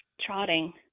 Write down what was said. trotting